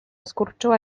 skurczyła